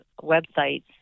websites